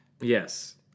Yes